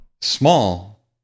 small